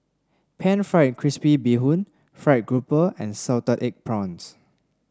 pan fried crispy Bee Hoon fried grouper and Salted Egg Prawns